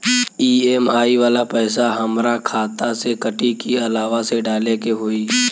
EMI वाला पैसा हाम्रा खाता से कटी की अलावा से डाले के होई?